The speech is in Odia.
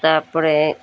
ତା'ପରେ